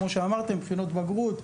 כמו שאמרתם בחינות בגרות,